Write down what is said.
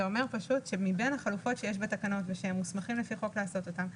זה אומר שמבין החלופות שיש בתקנות ושהם מוסמכים לפי חוק לעשות אותם,